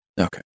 Okay